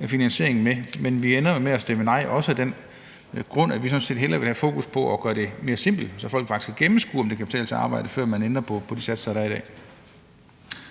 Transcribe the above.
en finansiering med. Vi ender med at stemme nej, også af den grund, at vi sådan set hellere vil have fokus på at gøre det mere simpelt, så folk faktisk kan gennemskue, om det kan betale sig at arbejde, før man ændrer på de satser, der er i dag.